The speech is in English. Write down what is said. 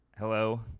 Hello